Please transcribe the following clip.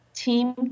team